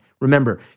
Remember